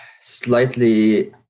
slightly